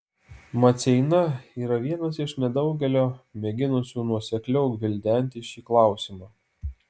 maceina yra vienas iš nedaugelio mėginusių nuosekliau gvildenti šį klausimą